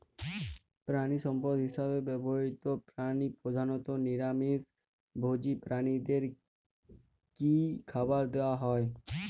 প্রাণিসম্পদ হিসেবে ব্যবহৃত প্রাণী প্রধানত নিরামিষ ভোজী প্রাণীদের কী খাবার দেয়া হয়?